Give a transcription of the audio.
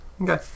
Okay